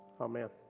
Amen